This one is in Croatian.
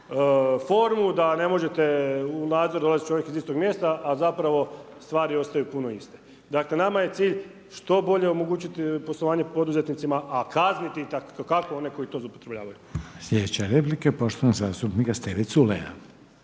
formu da ne možete u nadzor dolazi čovjek iz istog mjesta a zapravo stvari ostaju puno iste. Dakle nama je cilj što bolje omogućiti poslovanje poduzetnicima a kazniti itekako one koji to zloupotrebljavaju. **Reiner, Željko (HDZ)** Sljedeća replika je